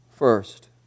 First